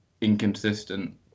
inconsistent